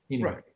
Right